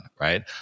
right